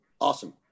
awesome